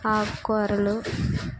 ఆకుకూరలు